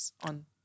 on